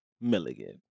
Milligan